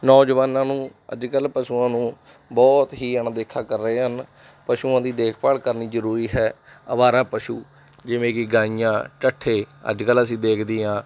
ਨੌਜਵਾਨਾਂ ਨੂੰ ਅੱਜ ਕੱਲ੍ਹ ਪਸ਼ੂਆਂ ਨੂੰ ਬਹੁਤ ਹੀ ਅਣਦੇਖਾ ਕਰ ਰਹੇ ਹਨ ਪਸ਼ੂਆਂ ਦੀ ਦੇਖਭਾਲ ਕਰਨੀ ਜ਼ਰੂਰੀ ਹੈ ਅਵਾਰਾ ਪਸ਼ੂ ਜਿਵੇਂ ਕਿ ਗਾਈਆਂ ਢੱਠੇ ਅੱਜ ਕੱਲ੍ਹ ਅਸੀਂ ਦੇਖਦੇ ਹੀ ਹਾਂ